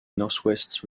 northwest